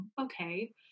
okay